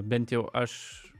bent jau aš